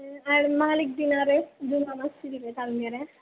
ആട മാലിക് ദിനാർ ജുമാമസ്ജിദ് ഇല്ലേ തളങ്ങര